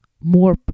more